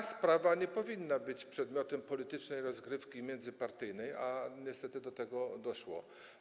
Ta sprawa nie powinna być przedmiotem politycznej rozgrywki międzypartyjnej, a niestety do tego doszło.